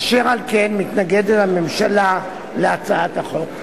אשר על כן, מתנגדת הממשלה להצעת החוק.